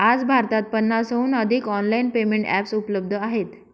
आज भारतात पन्नासहून अधिक ऑनलाइन पेमेंट एप्स उपलब्ध आहेत